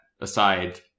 aside